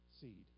seed